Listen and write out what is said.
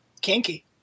Kinky